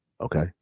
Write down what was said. okay